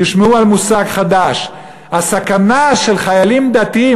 תשמעו על מושג חדש: הסכנה של חיילים דתיים,